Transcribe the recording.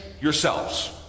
yourselves